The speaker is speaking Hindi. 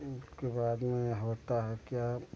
उसके बाद में होता है क्या